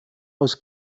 aus